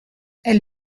elle